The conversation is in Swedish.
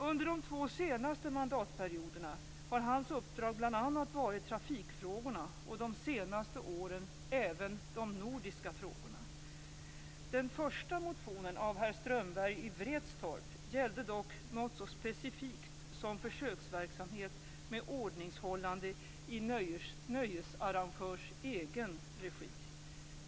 Under de två senaste mandatperioderna har hans uppdrag bl.a. varit trafikfrågorna och under de senaste åren även de nordiska frågorna. Den första motionen av herr Strömberg i Vretstorp gällde dock något så specifikt som försöksverksamhet med ordningshållande i nöjesarrangörs egen regi.